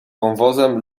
wąwozem